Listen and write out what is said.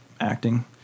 acting